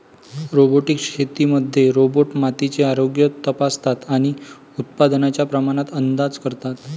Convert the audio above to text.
robotic शेतीमध्ये robot मातीचे आरोग्य तपासतात आणि उत्पादनाच्या प्रमाणात अंदाज करतात